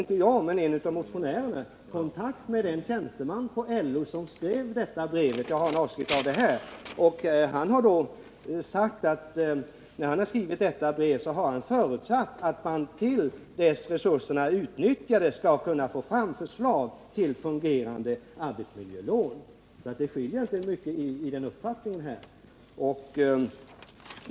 En av mina medmotionärer hade i går kontakt med den tjänsteman på LO som skrev detta brev, som jag här har en avskrift av. Han sade då att han, när han skrev detta brev, förutsatte att man till dess resurserna är utnyttjade skall kunna få fram förslag till fungerande arbetsmiljölån. Det skiljer alltså inte mycket i uppfattning.